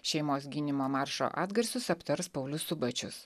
šeimos gynimo maršo atgarsius aptars paulius subačius